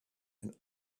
and